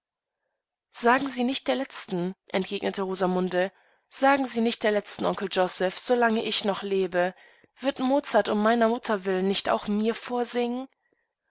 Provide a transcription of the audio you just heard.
sagen sie nicht der letzten entgegnete rosamunde sagen sie nicht der letzten onkel joseph so lange ich noch lebe wird mozart um meiner mutter willen nicht auchmirvorsingen ein